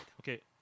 Okay